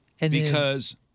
Because-